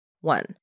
One